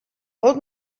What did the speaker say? old